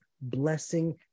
blessing